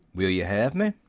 will yeh hev me?